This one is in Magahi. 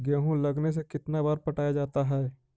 गेहूं लगने से कितना बार पटाया जाता है?